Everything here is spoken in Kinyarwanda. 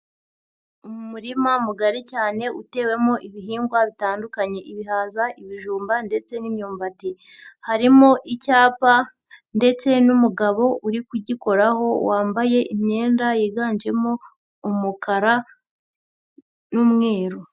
Umurima mugari cyane utewemo ibihingwa bitandukanye, ibihaza, ibijumba ndetse n'imyumbati, harimo icyapa ndetse n'umugabo uri kugikoraho wambaye imyenda yiganjemo umukara n'umweru.